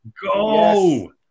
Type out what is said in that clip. go